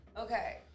Okay